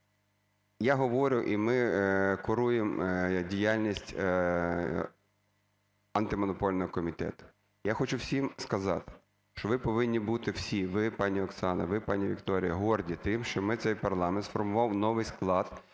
я говорю. І ми куруємо діяльність Антимонопольного комітету. Я хочу всім сказати, що ви повинні бути всі – ви, пані Оксано, ви, пані Вікторія – горді тим, що ми, цей парламент сформував новий склад